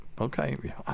Okay